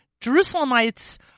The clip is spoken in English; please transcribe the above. Jerusalemites